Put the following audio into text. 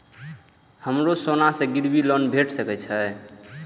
हमरो सोना से गिरबी लोन भेट सके छे?